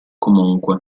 comunque